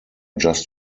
just